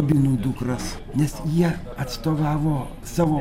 augino dukras nes jie atstovavo savo